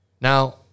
Now